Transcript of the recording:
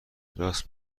راست